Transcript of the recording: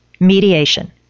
Mediation